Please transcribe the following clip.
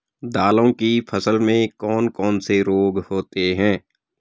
दालों की फसल में कौन कौन से रोग होते हैं?